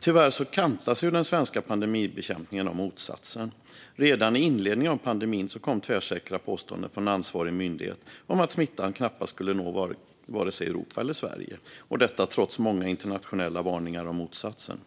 Tyvärr kantas den svenska pandemibekämpningen av motsatsen. Redan i inledningen av pandemin kom tvärsäkra påståenden från ansvarig myndighet om att smittan knappast skulle nå vare sig Europa eller Sverige - detta trots många internationella varningar om motsatsen.